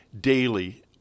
daily